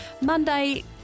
Monday